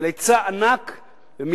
היצע ענק של דירות להשכרה,